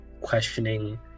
questioning